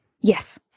Yes